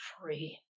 free